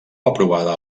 aprovada